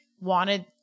wanted